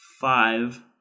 five